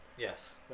Yes